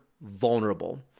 vulnerable